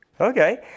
Okay